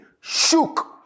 shook